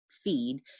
feed